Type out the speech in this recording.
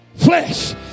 flesh